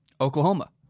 Oklahoma